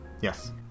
Yes